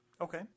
Okay